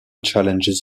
challenges